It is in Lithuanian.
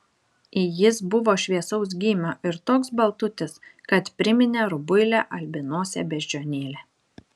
jis buvo šviesaus gymio ir toks baltutis kad priminė rubuilę albinosę beždžionėlę